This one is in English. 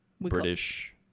British